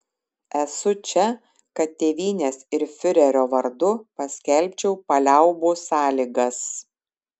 esu čia kad tėvynės ir fiurerio vardu paskelbčiau paliaubų sąlygas